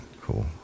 cool